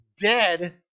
dead